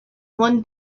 one